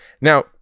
Now